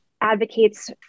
advocates